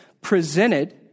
presented